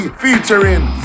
featuring